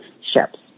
ships